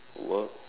work